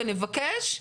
ונבקש,